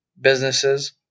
businesses